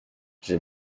j’ai